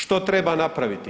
Što treba napraviti?